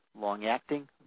long-acting